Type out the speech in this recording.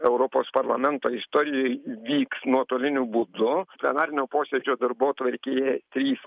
europos parlamento istorijoj vyks nuotoliniu būdu plenarinio posėdžio darbotvarkėje trys